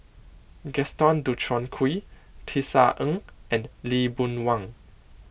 Gaston Dutronquoy Tisa Ng and Lee Boon Wang